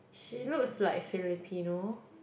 she looks like Filipino